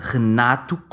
Renato